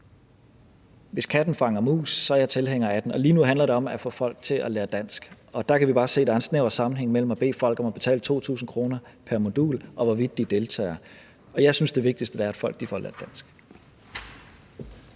hvis katten fanger mus, så er jeg tilhænger af den, og lige nu handler det om at få folk til at lære dansk, og der kan vi bare se, at der er en snæver sammenhæng mellem at bede folk om at betale 2.000 kr. pr. modul, og hvorvidt de deltager, og jeg synes, det vigtigste er, at folk får lært dansk.